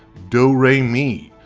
dough ray me,